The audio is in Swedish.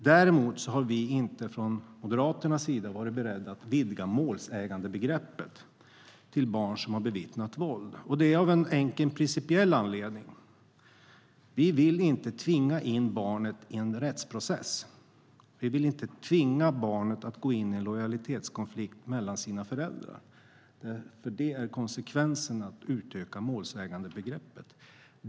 Däremot har vi inte från Moderaternas sida varit beredda att vidga målsägandebegreppet till barn som har bevittnat våld, och detta av en enkel principiell anledning: Vi vill inte tvinga in barnet i en rättsprocess. Vi vill inte tvinga barnet att gå in i en lojalitetskonflikt mellan sina föräldrar, för det är konsekvensen av ett utökat målsägandebegrepp.